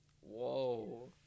Whoa